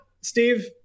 Steve